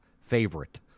favorite